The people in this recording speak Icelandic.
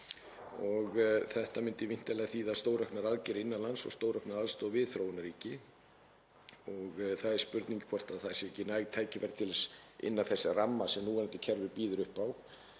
og þetta myndi væntanlega þýða stórauknar aðgerðir innan lands og stóraukna aðstoð við þróunarríki og það er spurning hvort það séu ekki næg tækifæri til þess innan þess ramma sem núverandi kerfi býður upp á.